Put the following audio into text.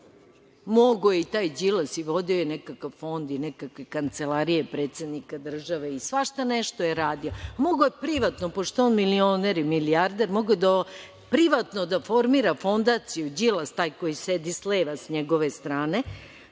Mogao je taj Đilas, vodio je nekakav fond i nekakve kancelarije predsednika države i svašta nešto je radio. Mogao je privatno, pošto je on milioner i milijarder, mogao je privatno da formira fondaciju – Đilas, taj koji sede s leva sa njegove strane,